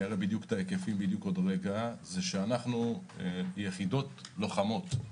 הוא שליחידות לוחמות,